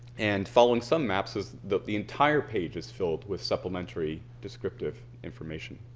and following some maps is the the entire page is filled with supplementary descriptive information.